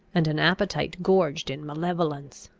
and an appetite gorged in malevolence.